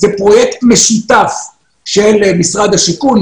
זה פרויקט משותף של משרד השיכון,